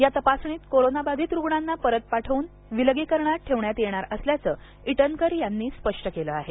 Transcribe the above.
या तपासणीत कोरोना बाधितरूग्णांना परत पाठवून विलगीकरणात ठेवण्यात येणार असल्याचं ईटनकर यांनी स्पष्ट केले आहे